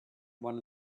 one